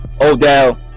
odell